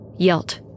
Yelt